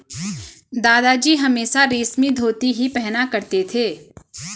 दादाजी हमेशा रेशमी धोती ही पहना करते थे